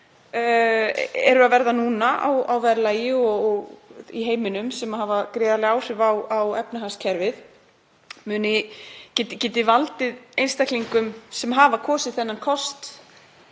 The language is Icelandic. eru að verða núna á verðlagi í heiminum, og hafa gríðarleg áhrif á efnahagskerfið, geti valdið einstaklingum sem hafa valið þennan kost